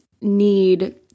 need